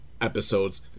episodes